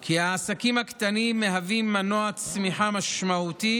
כי העסקים הקטנים מהווים מנוע צמיחה משמעותי